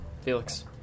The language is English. Felix